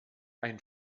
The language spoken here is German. ein